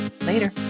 Later